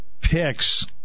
picks